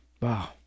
Wow